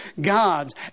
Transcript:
gods